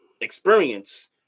experience